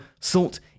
salt